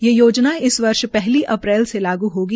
ये योजना इस वर्ष पहली अप्रैल से लाग् होगी